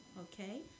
okay